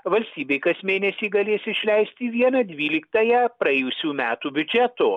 valstybė kas mėnesį galės išleisti vieną dvyliktąją praėjusių metų biudžeto